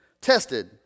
tested